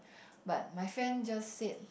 but my friend just said